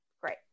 great